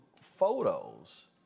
photos